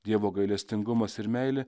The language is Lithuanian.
dievo gailestingumas ir meilė